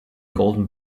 golden